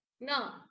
no